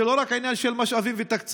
זה לא רק עניין של משאבים ותקציבים,